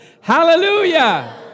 Hallelujah